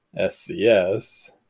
scs